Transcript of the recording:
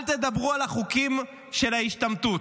אל תדברו על החוקים של ההשתמטות.